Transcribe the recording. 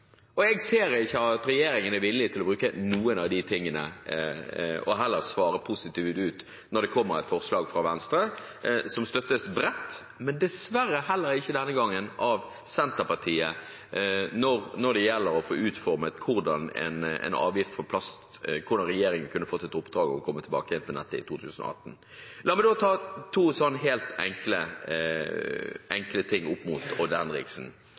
avgifter. Jeg ser ikke at regjeringen er villig til å bruke noe av det, ei heller svare positivt når det kommer et forslag fra Venstre som støttes bredt, men dessverre heller ikke denne gangen av Senterpartiet, om å gi regjeringen i oppdrag å utforme en avgift for plast og komme tilbake med dette i 2018. La meg si to helt enkle ting til Odd Henriksen.